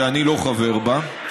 שאני לא חבר בה,